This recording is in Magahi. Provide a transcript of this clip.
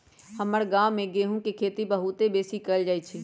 हमर गांव में गेहूम के खेती बहुते बेशी कएल जाइ छइ